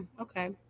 Okay